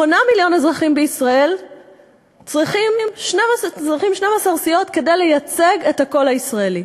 8 מיליון אזרחים בישראל צריכים 12 סיעות כדי לייצג את הקול הישראלי.